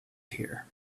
here